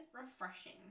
refreshing